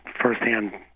firsthand